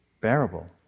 bearable